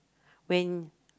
when